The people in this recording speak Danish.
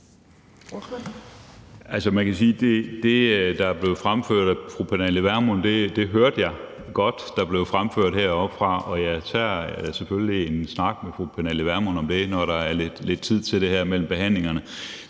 det, der er blevet fremført af fru Pernille Vermund, hørte jeg godt blive fremført heroppefra, og jeg tager selvfølgelig en snak med fru Pernille Vermund om det, når der er lidt tid til det her mellem behandlingerne.